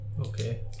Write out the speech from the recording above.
Okay